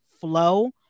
flow